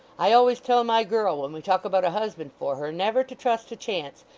i always tell my girl when we talk about a husband for her, never to trust to chance,